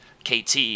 KT